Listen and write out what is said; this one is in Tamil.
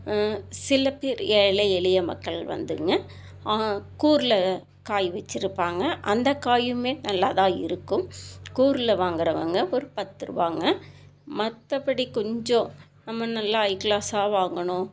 சில பேர் ஏழை எளிய மக்கள் வந்துங்க கூரில் காய் வச்சிருப்பாங்கள் அந்த காயுமே நல்லா தான் இருக்கும் கூரில் வாங்குறவங்க ஒரு பத்துருபாங்க மற்றபடி கொஞ்சம் நம்ம நல்லா ஹை கிளாஸாக வாங்கணும்